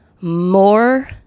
more